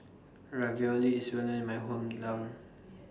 Ravioli IS Well known in My Home down